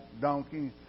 donkey